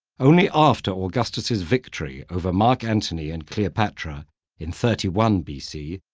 only after augustus's victory over marc antony and cleopatra in thirty one b c.